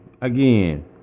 Again